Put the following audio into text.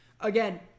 Again